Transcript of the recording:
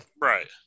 right